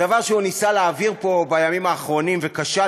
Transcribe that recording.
הדבר שהוא ניסה להעביר פה בימים האחרונים וכשל,